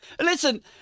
listen